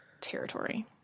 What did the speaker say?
territory